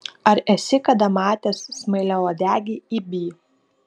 ar esi kada matęs smailiauodegį ibį